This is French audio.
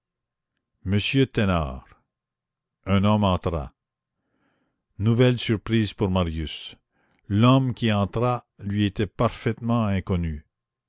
monsieur thénard un homme entra nouvelle surprise pour marius l'homme qui entra lui était parfaitement inconnu